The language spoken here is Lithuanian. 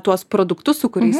tuos produktus su kuriais